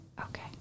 Okay